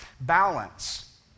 balance